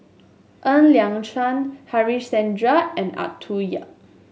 Ng Liang Chiang Harichandra and Arthur Yap